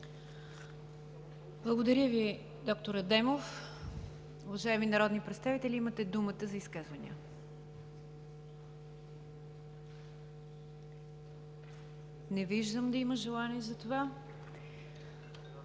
Благодаря Ви, д-р Адемов. Уважаеми народни представители, имате думата за изказвания. Не виждам да има желание за това.